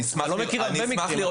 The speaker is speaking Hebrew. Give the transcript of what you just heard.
אתה לא מכיר הרבה מקרים.